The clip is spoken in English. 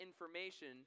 information